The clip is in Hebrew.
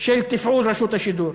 של תפעול רשות השידור